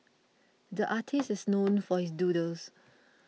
the artist is known for his doodles